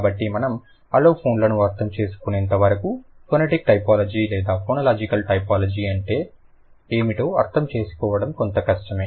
కాబట్టి మనము అలోఫోన్లను అర్థం చేసుకునేంత వరకు ఫోనెటిక్ టైపోలాజీ లేదా ఫోనోలాజికల్ టైపోలాజీ అంటే ఏమిటో అర్థం చేసుకోవడం కొంత కష్టమే